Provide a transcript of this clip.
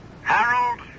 Harold